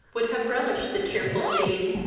would have relished the cheerful scene,